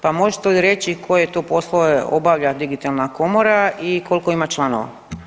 Pa možete li reći koje to poslove obavlja digitalna komora i koliko ima članova?